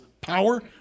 power